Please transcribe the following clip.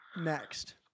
next